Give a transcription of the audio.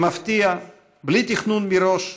במפתיע, בלי תכנון מראש,